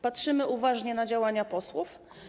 Patrzymy uważnie na działania posłów.